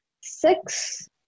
six